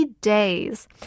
days